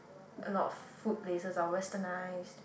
a lot of food places are westernised